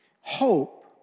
hope